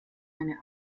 eine